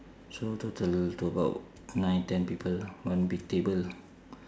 so total to about nine ten people one big table